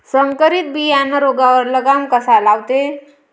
संकरीत बियानं रोगावर लगाम कसा लावते?